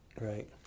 Right